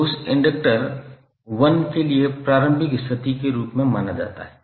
तो उस इंडक्टर 1 के लिए प्रारंभिक स्थिति के रूप में माना जाता है